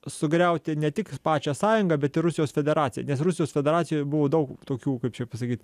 sugriauti ne tik pačią sąjungą bet ir rusijos federaciją nes rusijos federacijoj buvo daug tokių kaip čia pasakyt